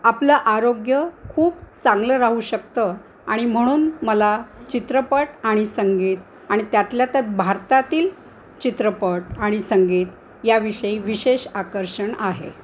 आपलं आरोग्य खूप चांगलं राहू शकतं आणि म्हणून मला चित्रपट आणि संगीत आणि त्यातल्या तर भारतातील चित्रपट आणि संगीत याविषयी विशेष आकर्षण आहे